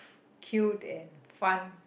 cute and fun